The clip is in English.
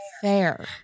fair